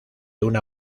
una